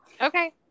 Okay